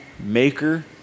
maker